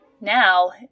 Now